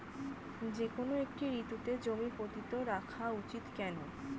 যেকোনো একটি ঋতুতে জমি পতিত রাখা উচিৎ কেন?